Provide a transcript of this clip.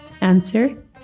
Answer